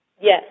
Yes